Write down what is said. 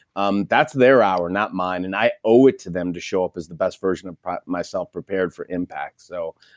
um that's their hour not mine and i owe it to them to show up as the best version of myself prepared for impact. so,